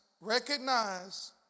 recognize